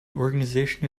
organization